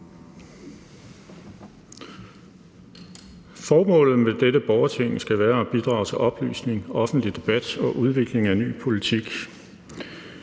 Formålet med dette borgerting skal være at bidrage til oplysning, offentlig debat og udvikling af ny politik.